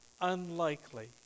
unlikely